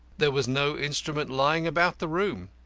there was no instrument lying about the room.